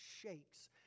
shakes